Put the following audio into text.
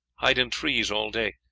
hide in trees all day,